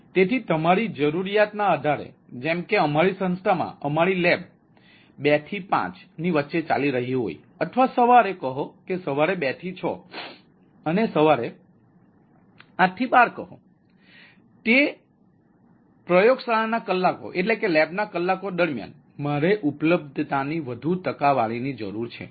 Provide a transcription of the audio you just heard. તેથી તમારી આવશ્યકતાના આધારે જેમ કે અમારી સંસ્થા માં અમારી લેબ ૨ થી ૫ ની વચ્ચે ચાલી રહી હોય અથવા સવારે કહો કે સવારે ૨ થી ૬ અને સવારે ૮ થી ૧૨ કહો તે પ્રયોગશાળાના કલાકો દરમિયાન મારે ઉપલબ્ધતાની વધુ ટકાવારી ની જરૂર છે